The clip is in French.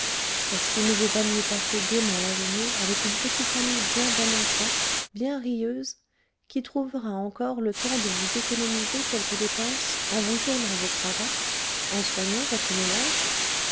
est-ce qu'il ne vaut pas mieux passer gaiement la journée avec une petite amie bien bonne enfant bien rieuse qui trouvera encore le temps de vous économiser quelques dépenses en vous ourlant vos cravates en soignant votre ménage